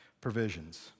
provisions